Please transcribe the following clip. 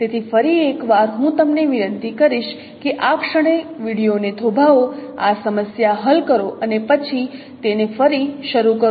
તેથી ફરી એકવાર હું તમને વિનંતી કરીશ કે આ ક્ષણે વિડિઓને થોભાવો આ સમસ્યા હલ કરો અને પછી તેને ફરી શરૂ કરો